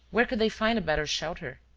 where could they find a better shelter?